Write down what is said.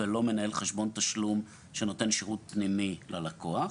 ולא מנהל חשבון תשלום שנותן שירות פנימי ללקוח.